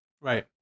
Right